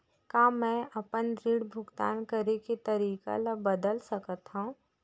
का मैं अपने ऋण भुगतान करे के तारीक ल बदल सकत हो?